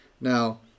Now